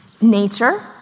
nature